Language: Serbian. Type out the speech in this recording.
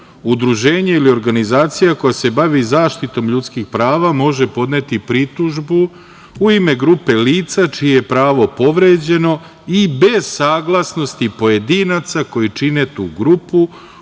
udruženje ili organizacija koja se bavi zaštitom ljudskih prava može podneti pritužbu u ime grupe lica čije je pravo povređeno i bez saglasnosti pojedinaca koji čine tu grupu